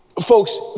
Folks